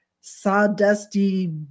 sawdusty